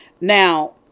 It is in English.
Now